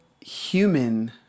human